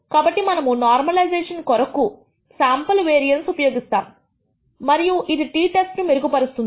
కాబట్టి మనము నార్మలైజేషన్ కొరకు శాంపుల్ వేరియన్స్ ఉపయోగిస్తాము మరియు అది t టెస్ట్ ను మెరుగు పరుస్తుంది